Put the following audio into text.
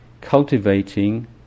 cultivating